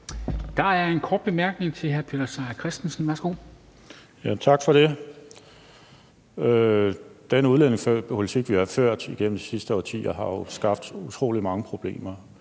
Christensen. Værsgo. Kl. 11:16 Peter Seier Christensen (NB): Tak for det. Den udlændingepolitik, vi har ført igennem de sidste årtier, har jo skabt utrolig mange problemer.